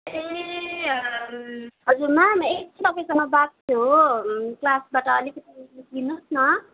ए हजुर म्याम एकछिन तपाईँसँग बात थियो क्लासबाट अलिकति निस्किनुहोस् न